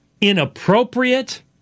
inappropriate